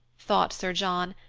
thought sir john,